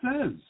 says